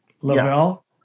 Lavelle